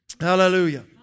hallelujah